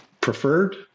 preferred